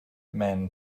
men